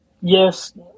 Yes